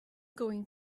going